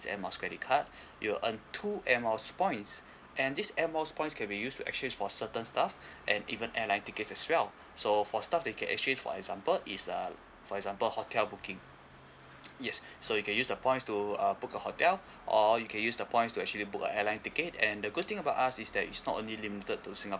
miles credit card you will earn two air miles points and these air miles points can be used to exchange for certain stuff and even airline tickets as well so for stuff they can exchange for example is a for example hotel booking yes so you can use the points to uh book a hotel or you can use the points to actually book a airline ticket and the good thing about us is that is not only limited to singapore